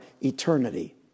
eternity